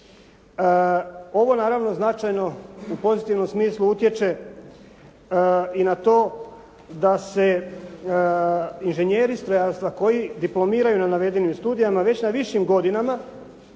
Ovo naravno značajno u pozitivnom smislu utječe i na to da se inženjeri strojarstva koji diplomiraju na navedenim studijima već na višim godinama